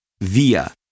Via